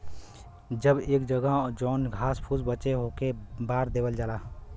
अब एकर जगह जौन घास फुस बचे ओके बार देवल जाला